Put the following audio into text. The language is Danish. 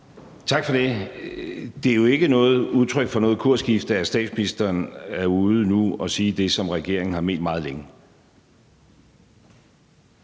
Tak for det. Det er jo ikke udtryk for noget kursskifte, at statsministeren nu er ude at sige det, som regeringen har ment længe.